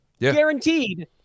Guaranteed